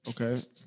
Okay